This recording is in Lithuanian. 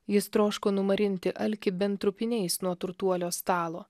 jis troško numarinti alkį bent trupiniais nuo turtuolio stalo